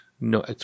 No